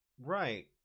right